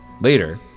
Later